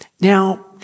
Now